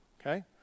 okay